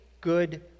good